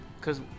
cause